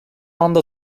ânda